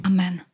Amen